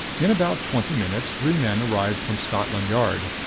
in about twenty minutes three men arrived from scotland yard.